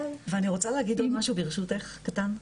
אני רוצה להגיד עוד משהו, ברשותך, קטן.